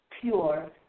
pure